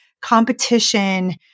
competition